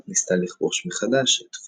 צרפת ניסתה לכבוש מחדש את